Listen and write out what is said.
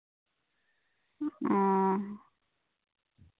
ᱚ